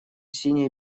синей